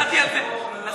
כי לך אתננה ולזרעך עד עולם.